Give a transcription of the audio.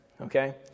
okay